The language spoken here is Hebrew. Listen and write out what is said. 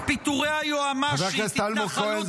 -- פיטורי היועמ"שית -- חבר הכנסת אלמוג כהן,